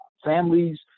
families